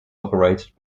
operated